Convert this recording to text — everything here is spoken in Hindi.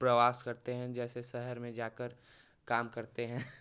प्रवास करते हैं जैसे शहर में जाकर काम करते हैं